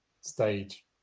stage